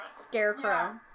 scarecrow